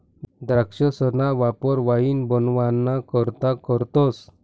द्राक्षसना वापर वाईन बनवाना करता करतस